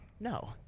No